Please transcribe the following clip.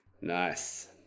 Nice